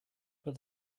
but